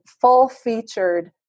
full-featured